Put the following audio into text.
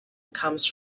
comes